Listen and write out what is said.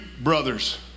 brothers